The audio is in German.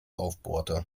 aufbohrte